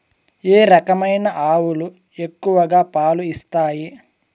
ఏ రకమైన ఆవులు ఎక్కువగా పాలు ఇస్తాయి?